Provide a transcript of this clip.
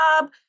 job